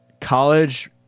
College